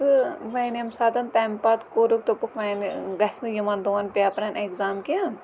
تہٕ وۄنۍ ییٚمہِ ساتَن تَمہِ پَتہٕ کوٚرُکھ دوٚپُکھ وۄنۍ گژھِ نہٕ یِمَن دۄہَن پیپَرَن اٮ۪کزام کینٛہہ